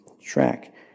track